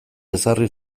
ezarri